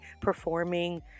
performing